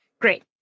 Great